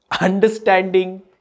understanding